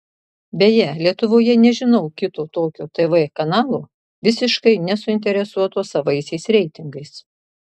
beje lietuvoje nežinau kito tokio tv kanalo visiškai nesuinteresuoto savaisiais reitingais